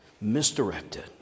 Misdirected